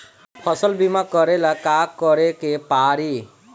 फसल बिमा करेला का करेके पारी?